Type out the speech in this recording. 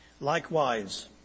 Likewise